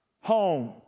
home